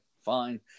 fine